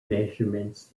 measurements